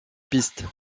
piste